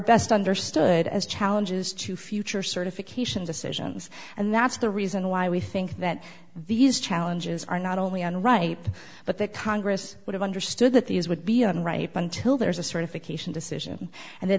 best understood as challenges to future certification decisions and that's the reason why we think that these challenges are not only on the right but that congress would have understood that these would be on right up until there is a certification decision and